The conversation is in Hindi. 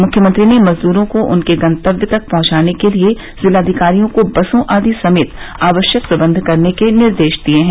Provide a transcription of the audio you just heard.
मुख्यमंत्री ने मजदूरों को उनके गंतव्य तक पहुंचाने के लिए जिलाधिकरियों को बसों आदि समेत आवश्यक प्रबन्ध करने के निर्देश दिए हैं